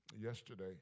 yesterday